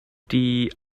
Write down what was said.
die